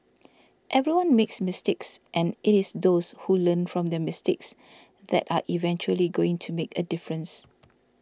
everyone makes mistakes and it is those who learn from their mistakes that are eventually going to make a difference